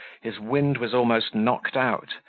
his wind was almost knocked out,